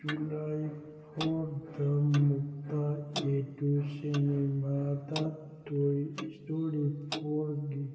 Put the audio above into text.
July ꯐꯣꯔꯗ ꯃꯨꯛꯇꯥ A two ꯁꯤꯅꯦꯃꯥꯗ ꯇꯣꯏ ꯏꯁꯇꯣꯔꯤ ꯐꯣꯔꯒꯤ